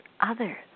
others